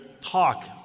talk